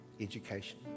education